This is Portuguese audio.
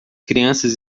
crianças